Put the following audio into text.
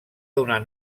donar